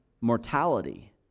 mortality